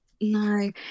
No